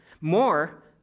More